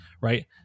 right